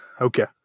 Okay